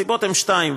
הסיבות הן שתיים,